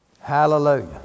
Hallelujah